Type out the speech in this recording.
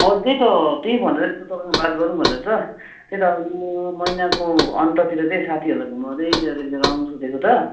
हजुर त्यही त त्यही भनेर त तपाईँसँग बात गरौँ भनेर त त्यही त यो महिनाको अन्ततिर चाहिँ साथीहरूलाई चाहिँ घुमाउँदै त्यतातिर लिएर आउँ सोचेको त